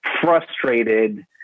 frustrated